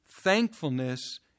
thankfulness